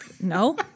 no